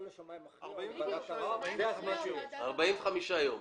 45 יום.